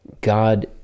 God